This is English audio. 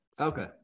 okay